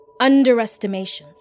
underestimations